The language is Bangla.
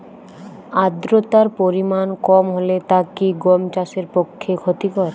আর্দতার পরিমাণ কম হলে তা কি গম চাষের পক্ষে ক্ষতিকর?